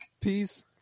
peace